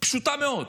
פשוטה מאוד: